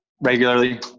regularly